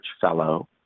fellow